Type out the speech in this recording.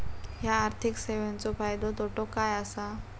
हया आर्थिक सेवेंचो फायदो तोटो काय आसा?